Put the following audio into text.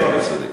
כן, אתה צודק.